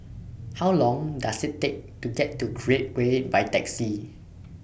How Long Does IT Take to get to Create Way By Taxi